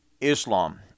Islam